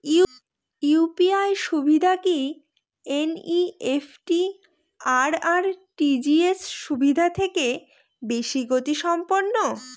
UPI সুবিধা কি NEFT আর আর.টি.জি.এস সুবিধা থেকে বেশি গতিসম্পন্ন?